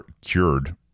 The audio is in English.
cured